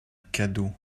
cadeau